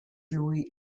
louis